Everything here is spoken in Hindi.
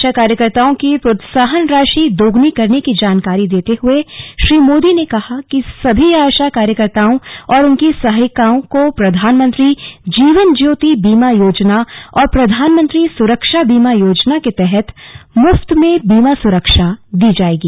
आशा कार्यकर्ताओं की प्रोत्साहन राशि दोगुनी करने की जानकारी देते हुए श्री मोदी ने कहा कि सभी आशा कार्यकर्ताओं और उनकी सहायिकाओं को प्रधानमंत्री जीवन ज्योाति बीमा योजना और प्रधानमंत्री सुरक्षा बीमा योजना के तहत मुफ्त में बीमा सुरक्षा दी जाएगी